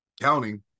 counting